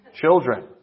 Children